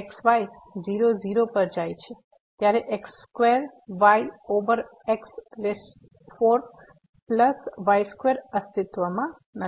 x y 0 0 પર જાય છે ત્યારે x2 y over x 4 plus y2 અસ્તિત્વમાં નથી